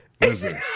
Listen